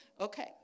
Okay